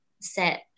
set